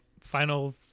final